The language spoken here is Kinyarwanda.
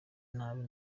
nabi